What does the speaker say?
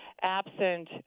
absent